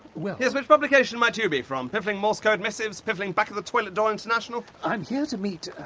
well. yes, which publication might you be from? piffling morse code missives? piffling back-of-the-toilet-door international? i'm here to meet,